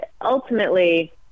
ultimately